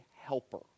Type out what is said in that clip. helper